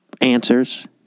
answers